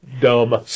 dumb